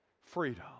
freedom